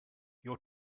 your